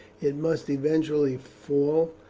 it must eventually fall,